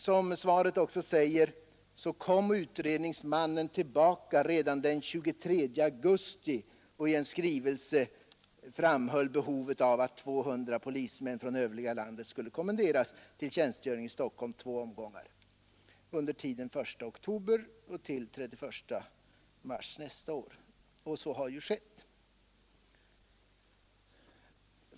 Som också sägs i svaret kom utredningsmannen redan den 23 augusti tillbaka med en skrivelse, i vilken han framhöll behovet av att 200 polismän från det övriga landet kommenderades till tjänstgöring i Stockholm i två omgångar under tiden den 1 oktober i år—31 mars nästa år. Så har också skett.